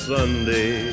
Sunday